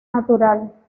natural